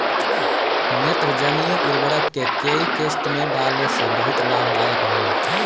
नेत्रजनीय उर्वरक के केय किस्त में डाले से बहुत लाभदायक होला?